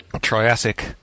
Triassic